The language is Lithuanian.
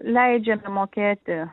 leidžiame mokėti